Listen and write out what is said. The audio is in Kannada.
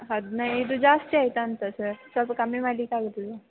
ಹದಿನೈದು ಜಾಸ್ತಿ ಆಯಿತಾ ಅಂತ ಸರ್ ಸ್ವಲ್ಪ ಕಮ್ಮಿ ಮಾಡ್ಲಿಕ್ಕೆ ಆಗುವುದಿಲ್ವ